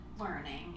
learning